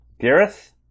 gareth